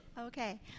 Okay